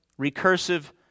recursive